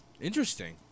Interesting